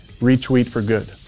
retweetforgood